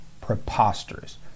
preposterous